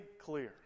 clear